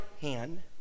hand